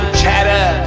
chatter